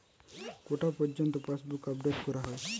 কটা পযর্ন্ত পাশবই আপ ডেট করা হয়?